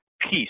peace